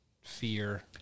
fear